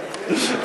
שלו.